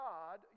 God